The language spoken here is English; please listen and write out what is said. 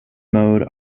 mode